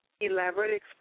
Elaborate